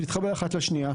להתחבר אחת לשנייה.